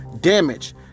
damage